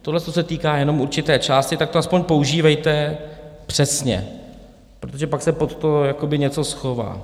Toto se týká jenom určité části, tak to aspoň používejte přesně, protože pak se pod to jakoby něco schová.